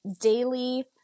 daily